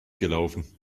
gelaufen